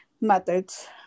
methods